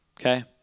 okay